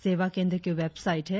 सेवा केंद्र की वेबसाइट हैं